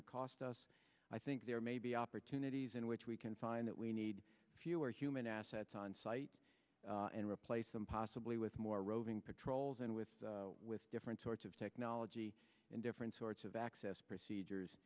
to cost us i think there may be opportunities in which we can find that we need fewer human assets on site and replace them possibly with more roving patrols and with with different sorts of technology and different sorts of access procedures